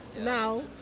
Now